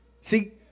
See